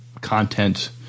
content